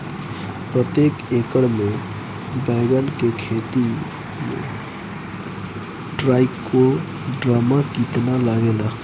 प्रतेक एकर मे बैगन के खेती मे ट्राईकोद्रमा कितना लागेला?